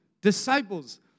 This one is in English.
disciples